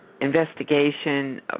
Investigation